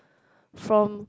from